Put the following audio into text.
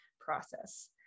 process